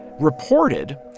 reported